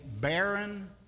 barren